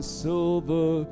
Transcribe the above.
silver